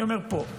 אני אומר פה,